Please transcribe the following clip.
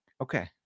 Okay